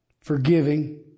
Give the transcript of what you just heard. forgiving